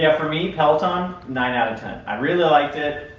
yeah for me, peloton, nine out of ten. i really liked it,